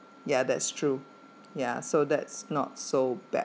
ya that's true yeah so that's not so bad